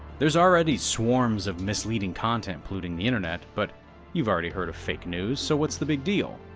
there's already swarms of misleading content polluting the internet, but you've already heard of fake news, so what's the big deal?